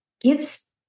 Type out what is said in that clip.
Gives